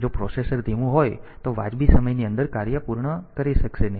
જો પ્રોસેસર ધીમું હોય તો વાજબી સમયની અંદર કાર્ય પૂર્ણ કરી શકશે નહીં